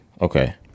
okay